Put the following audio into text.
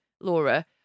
Laura